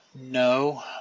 No